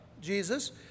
Jesus